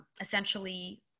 essentially